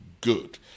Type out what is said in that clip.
good